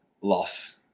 Loss